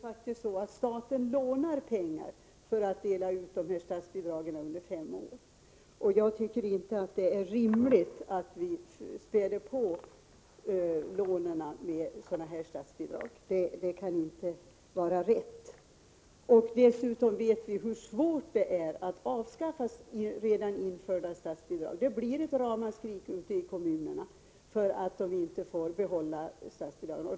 Herr talman! Jag skulle vilja säga till Kjell Mattsson att det faktiskt förhåller sig så, att staten lånar pengar för att dela ut statsbidragen under fem år. Det är inte rimligt att späda på lånen med sådana här statsbidrag. Dessutom vet vi hur svårt det är att avskaffa införda statsbidrag. Det blir ramaskrin ute i kommunerna, om de inte får behålla statsbidragen.